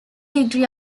degree